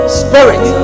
spirit